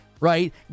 right